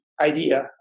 idea